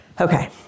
Okay